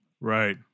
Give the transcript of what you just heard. Right